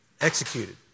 executed